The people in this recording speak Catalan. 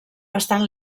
bastant